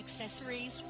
accessories